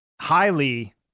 highly